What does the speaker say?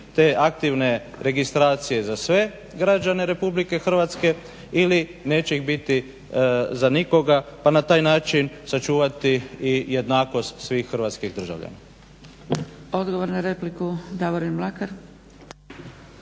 te aktivne registracije za sve građane RH ili neće ih biti za nikoga pa na taj način sačuvati i jednakost svih hrvatskih državljana.